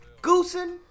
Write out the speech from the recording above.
Goosen